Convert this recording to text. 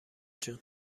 جون